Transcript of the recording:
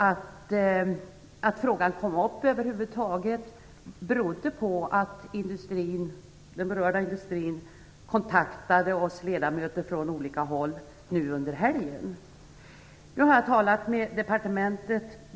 Att frågan kom upp över huvud taget berodde på att den berörda industrin kontaktade oss ledamöter från olika håll nu under helgen. Nu har jag talat med departementet.